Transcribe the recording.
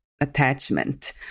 attachment